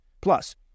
Plus